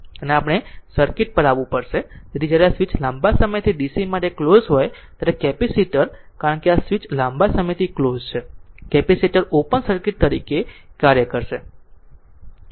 અને આપણે જો આ સર્કિટ પર આવવું પડશે તેથી જ્યારે આ સ્વીચ લાંબા સમયથી DC માટે ક્લોઝ હોય ત્યારે કેપેસિટર કારણ કે આ સ્વીચ લાંબા સમયથી ક્લોઝ છે કેપેસિટર ઓપન સર્કિટ તરીકે કાર્ય કરે છે